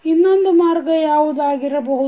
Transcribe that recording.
ಇನ್ನೊಂದು ಮಾರ್ಗ ಯಾವುದಾಗಿರಬಹುದು